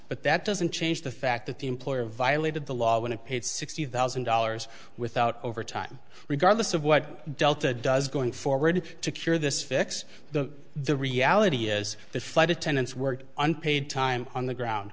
but that doesn't change the fact that the employer violated the law when it paid sixty thousand dollars without overtime regardless of what delta does going forward to cure this fix the the reality is that flight attendants work unpaid time on the ground